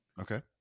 Okay